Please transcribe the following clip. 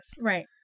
Right